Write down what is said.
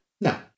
no